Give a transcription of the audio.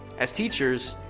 as teachers,